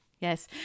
Yes